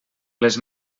les